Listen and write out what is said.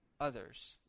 others